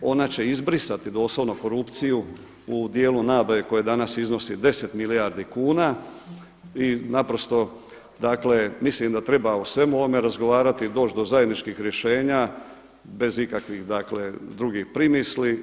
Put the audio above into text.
Ona će izbrisati doslovno korupciju u djelu nabave koja danas iznosi 10 milijardi kuna i naprosto dakle mislim da treba o svemu ovome razgovarati i doći do zajedničkih rješenja bez ikakvih dakle drugih primisli.